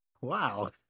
Wow